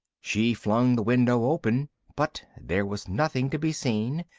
she flung the window open, but there was nothing to be seen,